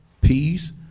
peace